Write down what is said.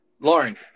Lauren